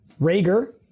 Rager